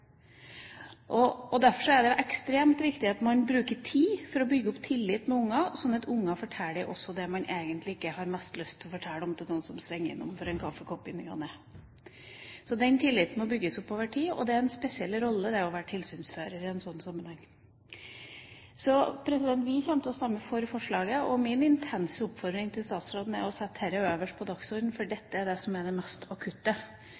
ikke det. Derfor er det ekstremt viktig at en bruker tid til å bygge opp tillit hos barna, slik at de også forteller det de egentlig ikke har mest lyst til å fortelle om til noen som svinger innom for å få en kaffekopp i ny og ne. Så den tilliten må bygges opp over tid. Det er en spesiell rolle å være tilsynsfører i en slik sammenheng. Vi kommer til å stemme for forslaget. Min intense oppfordring til statsråden er at han setter dette øverst på dagsordenen, for